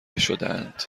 شدهاند